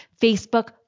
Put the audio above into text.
Facebook